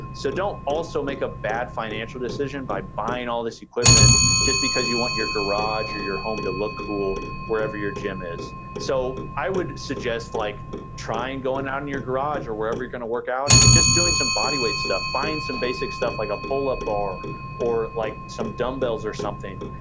so don't also make a bad financial decision by buying all this equipment just because you want your garage or your home to look cool wherever your gym is. so, i would suggest like trying going out in your garage or wherever you're gonna work out and just doing some body weight stuff, buying some basic stuff like a pull-up bar or like some dumbbells or something,